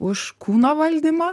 už kūno valdymą